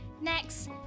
Next